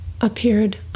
appeared